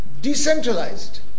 decentralized